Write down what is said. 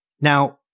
Now